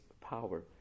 power